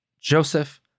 Joseph